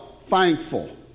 Thankful